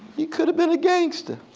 he could've been a gangster.